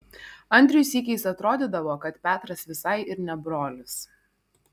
andriui sykiais atrodydavo kad petras visai ir ne brolis